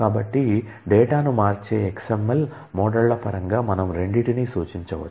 కాబట్టి డేటాను మార్చే XML మోడళ్ల పరంగా మనం రెండింటినీ సూచించవచ్చు